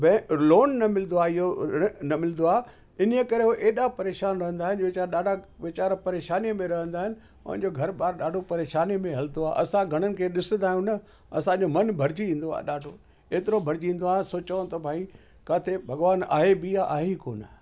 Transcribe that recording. बे लोन न मिलंदो आहे इहो रिण न मिलंदो आहे इन्हीअ करे हो एॾा परेशानु रहंदा आहिनि वेचारा ॾाढा वेचारा परेशानी में रहंदा आहिनि पंहिंजो घर बार ॾाढो परेशानी में हलंदो आहे असां घणनि खे ॾिसंदा आहियूं न असांजो मन भरिजी ईंदो आहे ॾाढो एतिरो भरिजी ईंदो आहे सोचूं त भई किथे भगवान आहे बि या आहे ई कोन्ह